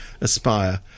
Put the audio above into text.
aspire